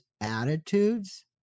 attitudes